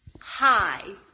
Hi